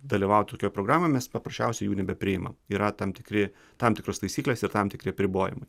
dalyvaut tokioj programomis paprasčiausiai jų nebepriimam yra tam tikri tam tikros taisyklės ir tam tikri apribojimai